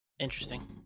Interesting